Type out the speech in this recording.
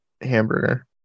hamburger